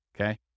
Okay